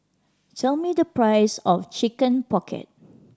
tell me the price of Chicken Pocket